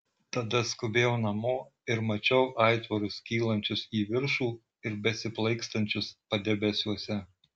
tada skubėjau namo ir mačiau aitvarus kylančius į viršų ir besiplaikstančius padebesiuose